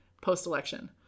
Post-election